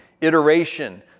iteration